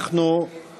אנחנו